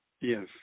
Yes